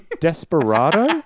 Desperado